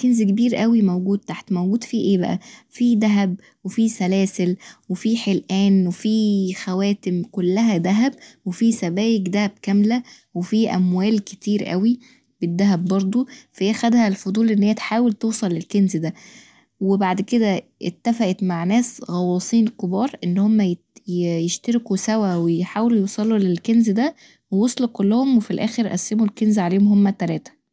كنز كبير اوي موجود تحت، موجود فيه ايه بقي موجود فيه دهب وفيه سلاسل وفيه حلقان وفيه خواتم كلها دهب وفيه سبايك دهب كامله وفيه اموال كتير اوي بالدهب برضو، فهي خدها الفصول انها تحاول توصل للكنز دا وبعد كدا اتفقت مع ناس غواصين كبار ان هما يشتركوا سوا ويحاولوا يوصلوا للكنز دا ووصلوا في الاخر وقسموا الكنز دا عليهم هما التلاته.